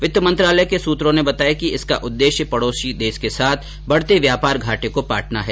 वित्त मंत्रालय के सूत्रों ने बताया कि इसका उद्देश्य पड़ोसी देश के साथ बढ़ते व्यापार घाटे को पाटना है